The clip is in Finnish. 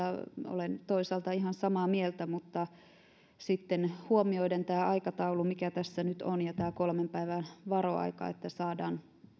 olen toisaalta ihan samaa mieltä mutta huomioiden tämä aikataulu mikä tässä nyt on ja tämä kolmen päivän varoaika niin että saadaan